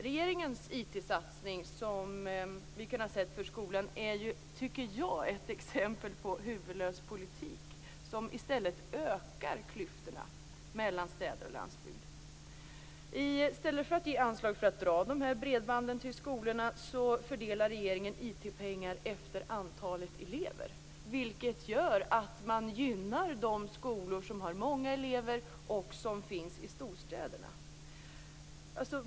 Regeringens IT-satsning i skolan är, tycker jag, ett exempel på en huvudlös politik som ökar klyftorna mellan städer och landsbygd. I stället för att ge anslag för att dra de här bredbanden till skolorna fördelar regeringen IT-pengar efter antalet elever. Det gör att man gynnar de skolor som har många elever och som finns i storstäderna.